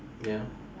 ya